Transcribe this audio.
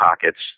pockets